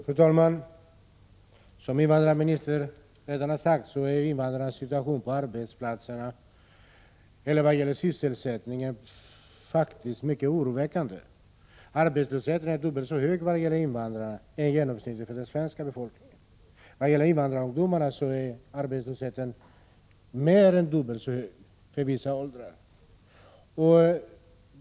Fru talman! Som invandrarministern redan har sagt är invandrarnas situation på arbetsmarknaden vad gäller sysselsättningen faktiskt mycket oroväckande. Arbetslösheten är dubbelt så hög bland invandrare som inom genomsnittet av den svenska befolkningen. För vissa åldersgrupper bland invandrarungdomarna är arbetslösheten mer än dubbelt så hög.